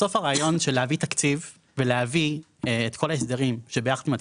בסוף הרעיון של להביא תקציב ולהביא את כל ההסדרים שביחד עם התקציב,